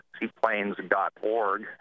seaplanes.org